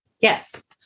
yes